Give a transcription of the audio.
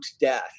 death